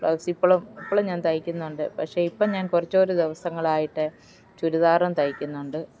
blouse ഇപ്പോഴും ഇപ്പോഴും ഞാൻ തയ്ക്കുന്നുണ്ട് പക്ഷേ ഇപ്പം ഞാൻ കുറച്ചൊരു ദിവസങ്ങളായിട്ട് ചുരിദാറും തയ്ക്കുന്നുണ്ട്